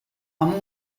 amb